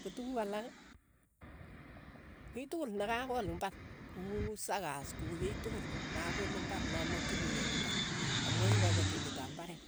Ko tukuk alak. kiy tukul na kakool ku sakas, ku kei tukul nakoole eng imbar namakchini ang imbar, amu aii kaaptindeet ap imbaret,